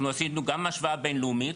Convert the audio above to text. אנחנו עשינו גם השוואה בין לאומית.